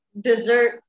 dessert